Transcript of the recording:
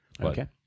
Okay